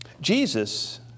Jesus